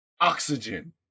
oxygen